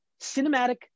cinematic